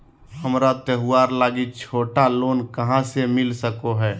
हमरा त्योहार लागि छोटा लोन कहाँ से मिल सको हइ?